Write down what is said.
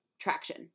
traction